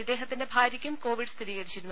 ഇദ്ദേഹത്തിന്റെ ഭാര്യയ്ക്കും കോവിഡ് സ്ഥിരീകരിച്ചിരുന്നു